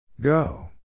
Go